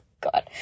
god